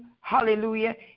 Hallelujah